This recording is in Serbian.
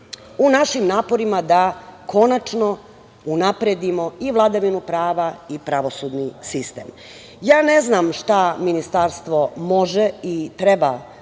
u našim naporima da, konačno unapredimo i vladavinu prava i pravosudni sistem. Ja ne znam šta Ministarstvo može i treba